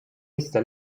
questa